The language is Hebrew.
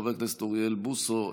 חבר הכנסת אוריאל בוסו,